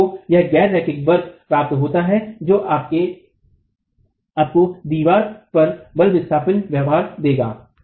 तो आपको यह गैर रैखिक वक्र प्राप्त होता है जो तब आपको दीवार पर बल विस्थापन व्यवहार देगा